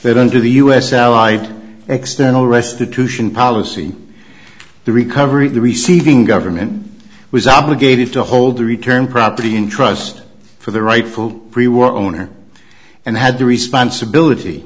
that under the us allied external restitution policy the recovery of the receiving government was obligated to hold the return property in trust for the rightful owner and had the responsibility